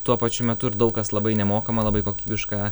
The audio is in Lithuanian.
tuo pačiu metu ir daug kas labai nemokama labai kokybiška